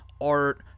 Art